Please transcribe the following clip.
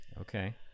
Okay